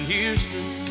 Houston